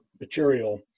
material